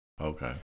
Okay